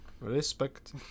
Respect